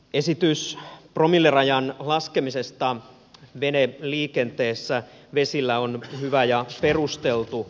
esitys promillerajan laskemisesta veneliikenteessä vesillä on hyvä ja perusteltu